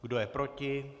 Kdo je proti?